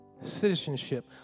citizenship